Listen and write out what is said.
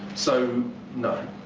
so no.